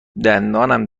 دندانم